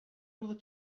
other